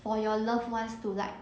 for your loved ones to like